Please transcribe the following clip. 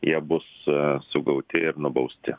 jie bus sugauti ir nubausti